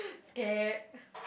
scared